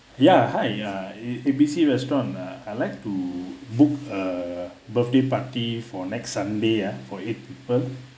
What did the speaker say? ya hi uh A B C restaurant uh I'd like to book a birthday party for next sunday ah for eight people